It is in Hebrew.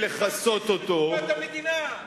אינטרס, אמרת, מקופת המדינה.